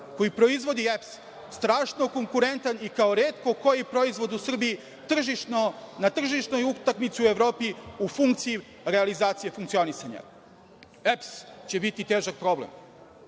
koji proizvodi EPS, strašno konkurentan kao retko koji proizvod u Srbiji na tržišnoj utakmici u Evropi u funkciji realizacije funkcionisanja. EPS će biti težak problem.